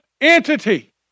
entity